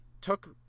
took